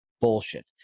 Bullshit